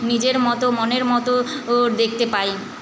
নিজের মতো মনের মতো ও দেখতে পাই